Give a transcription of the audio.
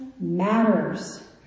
matters